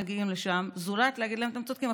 מגיעים לשם זולת להגיד להם: אתם צודקים?